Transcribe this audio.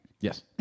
Yes